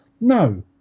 No